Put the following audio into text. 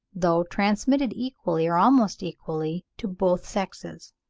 though transmitted equally, or almost equally, to both sexes.